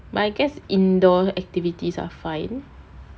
but I guess indoor activities are fine